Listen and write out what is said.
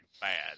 bad